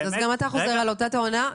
גם אתה חוזר על אותה טענה.